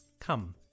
Come